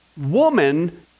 woman